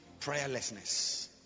prayerlessness